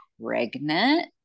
pregnant